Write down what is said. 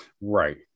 Right